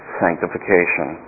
sanctification